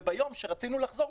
וביום שרצינו לחזור,